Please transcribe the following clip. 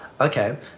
Okay